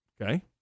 Okay